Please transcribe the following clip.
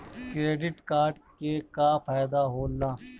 Credit card के का फायदा होला?